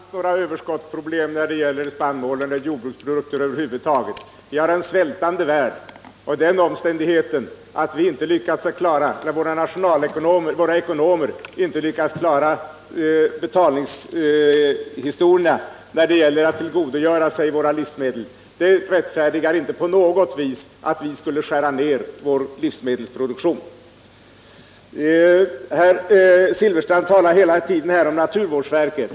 Herr talman! Vi har inte alls några överskottsproblem när det gäller spannmål eller jordbruksprodukter över huvud taget. Vi har en svältande värld, och den omständigheten att våra nationalekonomer inte lyckats klara betalningsproblemen när det gäller att tillgodogöra sig våra livsmedel rättfärdigar inte på något vis att vi skulle skära ner vår livsmedelsproduktion. Herr Silfverstrand talar hela tiden om naturvårdsverket.